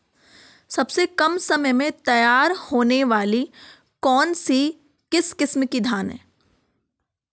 सबसे कम समय में तैयार होने वाली धान की किस्म कौन सी है?